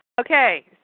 okay